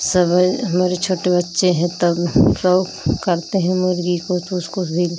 सब हमारे छोटे बच्चे हैं तब शौक़ करते हैं मुर्ग़ी को तो उसको